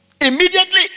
immediately